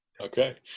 Okay